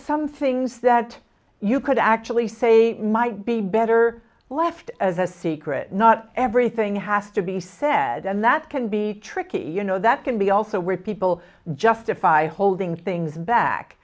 some things that you could actually say might be better left as a secret not everything has to be said and that can be tricky you know that can be also where people justify holding things back